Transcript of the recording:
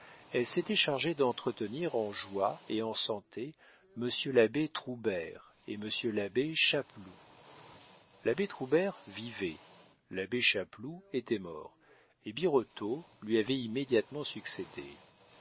elle s'était chargée d'entretenir en joie et en santé monsieur l'abbé troubert et monsieur l'abbé chapeloud l'abbé troubert vivait l'abbé chapeloud était mort et birotteau lui avait immédiatement succédé